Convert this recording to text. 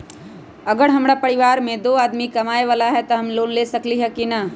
अगर हमरा परिवार में दो आदमी कमाये वाला है त हम लोन ले सकेली की न?